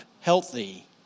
healthy